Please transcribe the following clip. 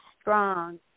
strong